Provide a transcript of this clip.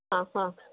हा हा